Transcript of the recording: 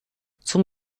zum